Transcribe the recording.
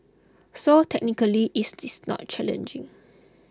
so technically it's this not challenging